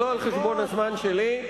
אבל לא על חשבון הזמן שלי.